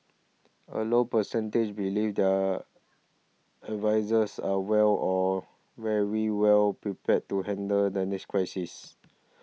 a low percentage believe their advisers are well or very well prepared to handle the next crisis